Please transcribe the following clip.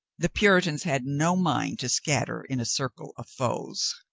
the pur itans had no mind to scatter in a circle of foes.